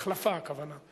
ההחלפה, הכוונה.